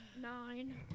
Nine